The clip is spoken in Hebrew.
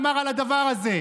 אמר על הדבר הזה,